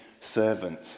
servant